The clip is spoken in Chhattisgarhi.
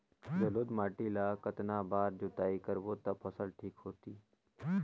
जलोढ़ माटी ला कतना बार जुताई करबो ता फसल ठीक होती?